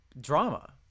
drama